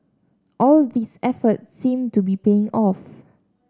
all these efforts seem to be paying off